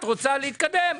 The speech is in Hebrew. את רוצה להתקדם.